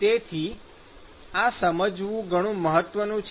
તેથી આ સમજવું ઘણું મહત્વનું છે